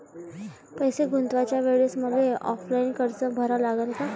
पैसे गुंतवाच्या वेळेसं मले ऑफलाईन अर्ज भरा लागन का?